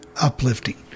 uplifting